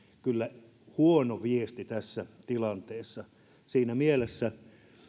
kyllä huono viesti tässä tilanteessa siinä mielessä